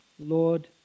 Lord